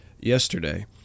yesterday